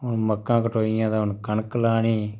हून मक्कां कटोइयां तां हून कनक लानी